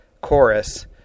chorus